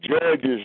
Judges